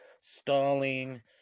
stalling